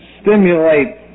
stimulate